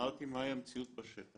אמרתי מה היא המציאות בשטח.